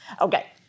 Okay